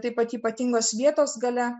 taip pat ypatingos vietos galia